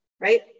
right